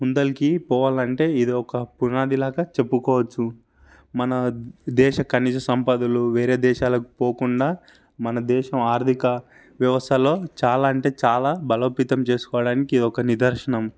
ముందరకి పోవాలంటే ఇదొక పునాదిలాగా చెప్పుకోవచ్చు మన దేశ ఖనిజ సంపదలు వేరే దేశాలకు పోకుండా మన దేశం ఆర్థిక వ్యవస్థలో చాలా అంటే చాలా బలోపేతం చేసుకోవడానికి ఇదొక నిదర్శనం